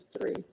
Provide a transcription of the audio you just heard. three